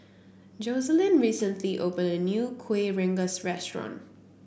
Joseline recently opened a new Kuih Rengas restaurant